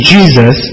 Jesus